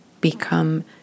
become